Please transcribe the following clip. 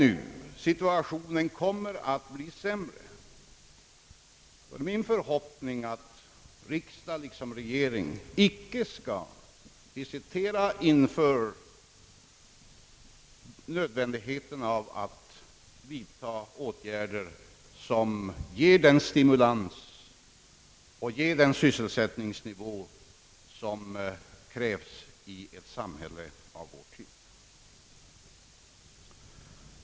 Om situationen kommer att bli sämre är det min förhoppning att varken riksdagen eller regeringen skall hesitera inför nödvändigheten att vidta åtgärder som ger den stimulans och som möjliggör den = sysselsättningsnivå som krävs i ett samhälle av vår typ.